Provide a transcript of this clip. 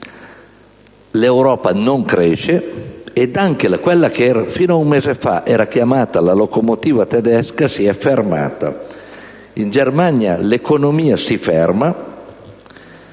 L'Europa non cresce e anche quella che fino a un mese fa era chiamata la locomotiva tedesca si è fermata; in Germania l'economia si ferma,